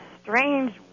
strange